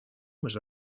was